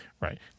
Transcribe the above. Right